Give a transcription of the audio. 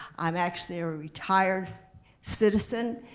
i'm actually a retired citizen,